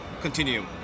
continue